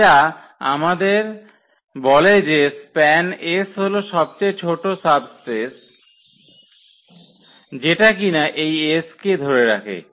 এটা আমাদের বলে যে SPAN হল সবচেয়ে ছোট সাবস্পেস যেটা কিনা এই S কে ধরে রাখে